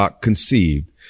conceived